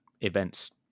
events